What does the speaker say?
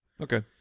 Okay